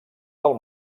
del